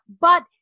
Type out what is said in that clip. But-